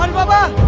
papa.